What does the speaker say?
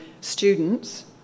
students